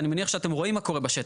אני מניח שאתם רואים מה קורה בשטח.